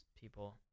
people